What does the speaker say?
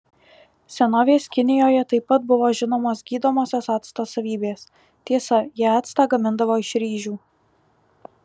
senovės kinijoje taip pat buvo žinomos gydomosios acto savybės tiesa jie actą gamindavo iš ryžių